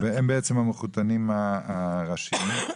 הם בעצם המחותנים הראשיים.